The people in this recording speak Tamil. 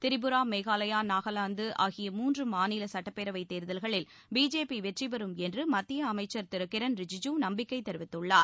திரிபுரா மேகாலயா நாகாவாந்து ஆகிய மூன்று மாநில சுட்டப்பேரவைத் தேர்தல்களில் பிஜேபி வெற்றி பெறும் என்று மத்திய அமைச்சர் திரு கிரண் ரிஜிஜூ நம்பிக்கை தெரிவித்துள்ளார்